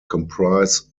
comprise